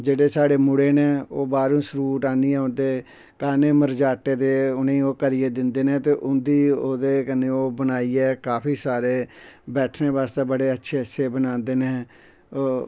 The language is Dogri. जेह्ड़े साढ़े मुड़े नै ओह् बाह्रों स्रूट आह्नियै ते ताने मरजाटे ते उने ओ करियै दिंदे नै ते उंदी ओह्दे कन्नै ओहे बनाईयै काफी सारे बैठने बास्तै बड़ा अच्छे अच्छे बनांदे नै और